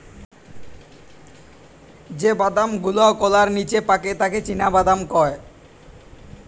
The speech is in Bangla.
যে বাদাম গুলাওকলার নিচে পাকে তাকে চীনাবাদাম কয়